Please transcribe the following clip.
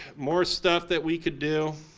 more stuff that we could do.